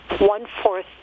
one-fourth